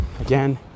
again